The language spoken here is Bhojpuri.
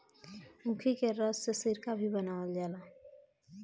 ऊखी के रस से सिरका भी बनावल जाला